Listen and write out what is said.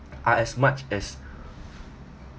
I as much as